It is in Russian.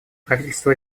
правительство